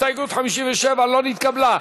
הסתייגות 56 לא נתקבלה.